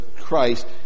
Christ